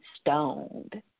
stoned